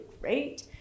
great